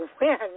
win